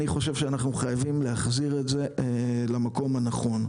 אני חושב שאנחנו חייבים להחזיר את זה למקום הנכון.